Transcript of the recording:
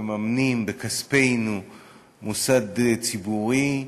מממנים בכספנו מוסד ציבורי,